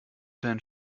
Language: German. deinen